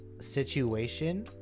Situation